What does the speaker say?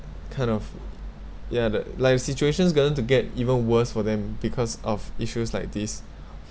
kind of ya li~ like the situations going to get even worse for them because of issues like these